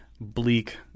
bleak